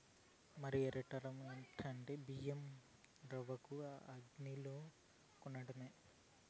మరీ ఇడ్డురం ఎందంటే బియ్యం రవ్వకూడా అంగిల్లోనే కొనటమే